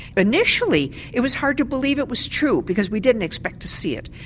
initially it was hard to believe it was true because we didn't expect to see it.